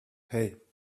hey